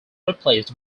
replaced